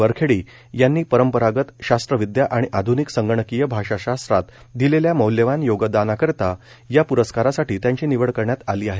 वरखेडी यांनी परंपरागत परंपरागत शास्त्रविद्या आणि आध्निक संगणकीय भाषाशास्त्रात दिलेल्या मौल्यवान योगदानाकरिता या पुरस्कारासाठी त्यांची निवड करण्यात आली आहे